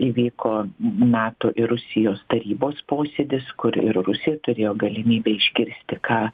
įvyko nato ir rusijos tarybos posėdis kur ir rusija turėjo galimybę išgirsti ką